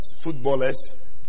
footballers